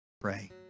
pray